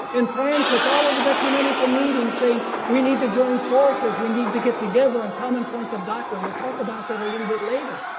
in france is all of his ecumenical meetings saying we need to join forces we need to get together and common points of doctrine. we'll talk about that a little bit later.